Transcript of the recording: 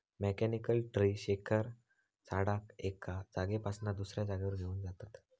mechanical tree shaker झाडाक एका जागेपासना दुसऱ्या जागेवर घेऊन जातत